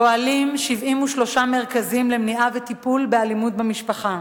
פועלים 73 מרכזים למניעה ולטיפול באלימות במשפחה.